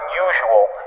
unusual